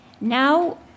Now